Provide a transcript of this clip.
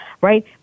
right